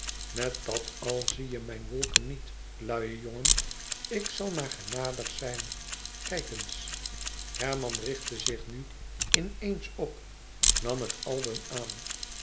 met dat al zie je mijn wolken niet luie jongen ik zal maar genadig zijn kijk eens herman richtte zich nu in eens op nam het album aan